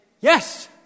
yes